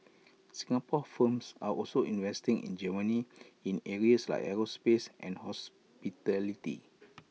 Singapore firms are also investing in Germany in areas like aerospace and hospitality